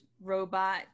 robot